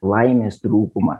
laimės trūkumą